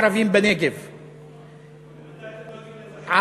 העוברים בים המילים החולפות".) אני אומר לכם בשם כל אזרח ערבי,